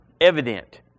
evident